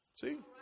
See